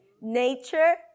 nature